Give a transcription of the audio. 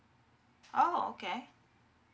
oh okay